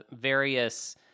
various